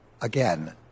Again